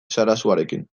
sarasuarekin